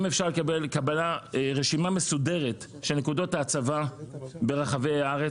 אם אפשר לקבל רשימה מסודרת של נקודות ההצבה ברחבי הארץ,